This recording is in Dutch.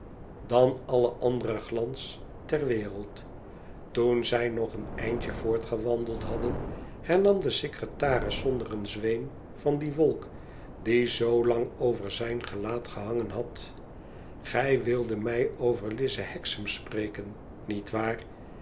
dan alle andere glans ter wereld toen zij nog een eindje voortgewandeld hadden hernam de secretaris zonder een zweem van die wolk die zoo lang over zijn gelaat gehangen had gij wildet mij over lize hexam spreken niet waar